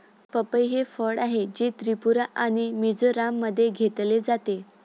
पपई हे फळ आहे, जे त्रिपुरा आणि मिझोराममध्ये घेतले जाते